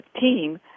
team